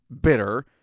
bitter